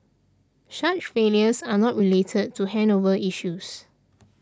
such failures are not related to handover issues